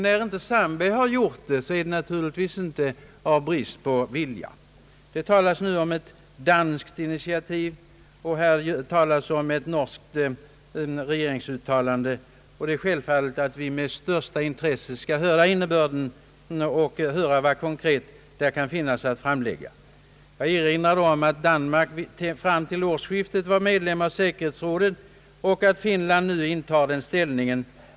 När inte Zambia tagit upp frågan beror det naturligtvis inte på bristande vilja. Det talas nu om ett danskt initiativ och ett norskt regeringsuttalande. Självfallet skall vi med största intresse ta del av innebörden däri och se vad det konkret kan innebära. Jag erinrade om att Danmark fram till årsskiftet var medlem av säkerhetsrådet och att Finland nu intar den ställningen.